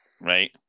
right